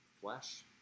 flesh